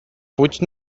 fuig